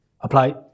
apply